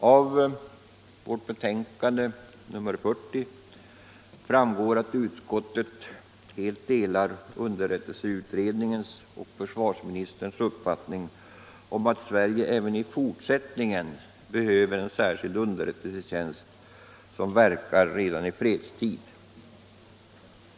Av försvarsutskottets betänkande nr 40 framgår att utskottet helt delar underrättelseutredningens och försvarsministerns uppfattning att Sverige även i fortsättningen behöver en särskild underrättelsetjänst som verkar redan i fredstid.